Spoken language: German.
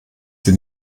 sie